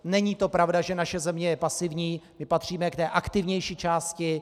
Není to pravda, že naše země je pasivní, my patříme k té aktivnější části.